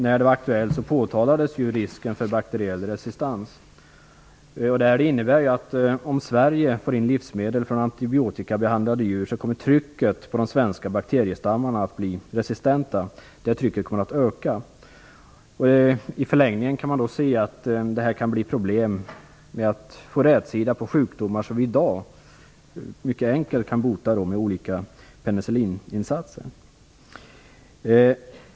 När det var aktuellt påtalades risken för bakteriell resistens. Om Sverige får in livsmedel från antibiotikabehandlade djur, kommer benägenheten hos de svenska bakteriestammarna att bli resistenta att öka. Man kan se att det i förlängningen kan bli problem med att få rätsida på sjukdomar som vi i dag mycket enkelt kan bota med olika penicillininsatser.